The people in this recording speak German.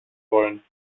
wollen